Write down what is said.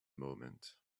moment